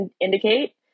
indicate